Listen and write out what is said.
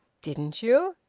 didn't you?